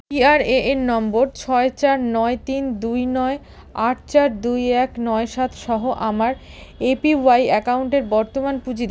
PRAN নম্বর ছয় চার নয় তিন দুই নয় আট চার দুই এক নয় সাত সহ আমার এপিওয়াই অ্যাকাউন্টের বর্তমান পুঁজি